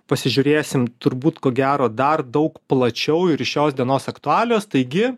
pasižiūrėsim turbūt ko gero dar daug plačiau ir iš šios dienos aktualijos taigi